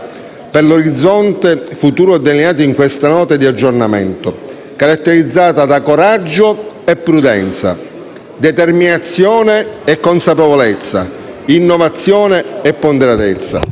per l'orizzonte futuro delineato in questa Nota di aggiornamento, caratterizzata da coraggio e prudenza, determinazione e consapevolezza, innovazione e ponderatezza.